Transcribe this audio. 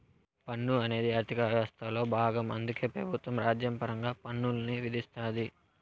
పన్ను అనేది ఆర్థిక యవస్థలో బాగం అందుకే పెబుత్వం రాజ్యాంగపరంగా పన్నుల్ని విధిస్తాది